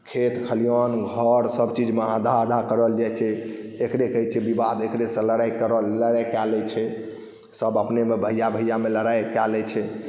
खेत खलिहान घर सभचीजमे आधा आधा कयल जाइत छै एकरे कहैत छै विवाद एकरे से लड़ाइ कए लैत छै सभ अपनेमे भैआ भैआमे लड़ाइ कए लैत छै